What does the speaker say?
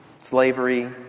slavery